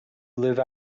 live